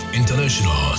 international